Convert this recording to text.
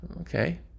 Okay